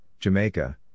Jamaica